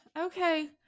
Okay